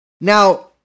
Now